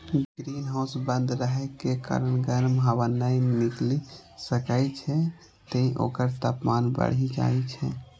greenhouse बंद रहै के कारण गर्म हवा नै निकलि सकै छै, तें ओकर तापमान बढ़ि जाइ छै